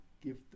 give